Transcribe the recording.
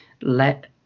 let